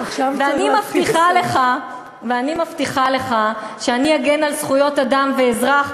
ואני מבטיחה לך שאני אגן על זכויות אדם ואזרח,